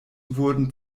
wurden